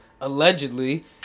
Allegedly